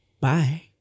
bye